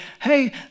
hey